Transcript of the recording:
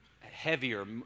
heavier